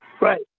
Right